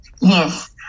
yes